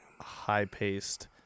high-paced